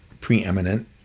preeminent